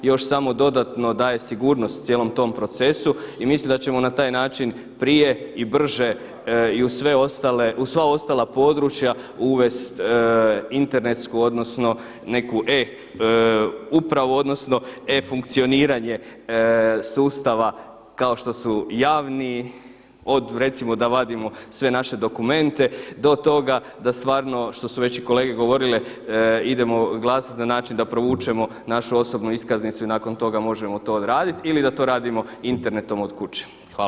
Još samo dodatno daje sigurnost cijelom tom procesu i mislim da ćemo na taj način prije i brže i uz sva ostala područja uvest internetsku, odnosno neku e-upravu, odnosno e-funkcioniranje sustava kao što su javni od recimo da vadimo sve naše dokumente, do toga da stvarno što su već i kolege govorile idemo glasat na način da provučemo našu osobnu iskaznicu i nakon toga možemo to odradit ili da to radimo internetom od kuće.